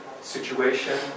situation